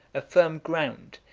a firm ground,